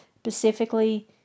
specifically